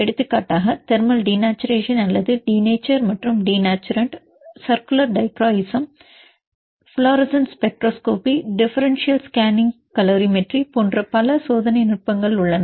எடுத்துக்காட்டாக thermal denaturation அல்லது denature மற்றும் டினேச்சுரன்ட் வட்ட dichroism fluorescent spectroscopy differential scanning calorimetry போன்ற பல சோதனை நுட்பங்கள் உள்ளன